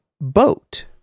boat